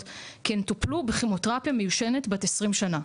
כי הן טופלו בכימותרפיה מיושנת בת 20 שנה.